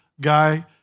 guy